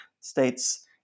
states